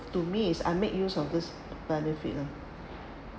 to me is I make use of this benefit